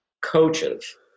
coaches